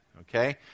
okay